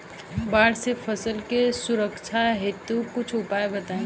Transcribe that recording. बाढ़ से फसल के सुरक्षा हेतु कुछ उपाय बताई?